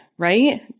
right